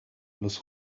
los